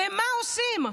ומה עושים?